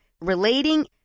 relating